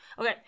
Okay